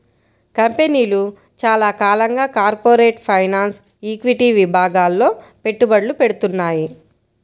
కంపెనీలు చాలా కాలంగా కార్పొరేట్ ఫైనాన్స్, ఈక్విటీ విభాగాల్లో పెట్టుబడులు పెడ్తున్నాయి